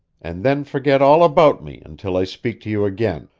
and then forget all about me until i speak to you again.